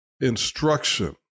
instruction